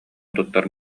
туттар